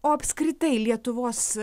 o apskritai lietuvos